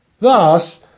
Thus